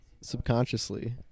subconsciously